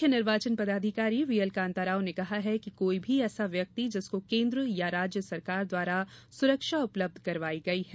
मुख्य निर्वाचन पदाधिकारी वीएलकांताराव ने कहा है कि कोई भी ऐसा व्यक्ति जिसको केन्द्र या राज्य सरकार द्वारा सुरक्षा उपलब्ध करवाई गई है